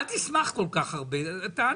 אל תשמח כל כך הרבה, תענה.